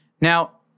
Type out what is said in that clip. Now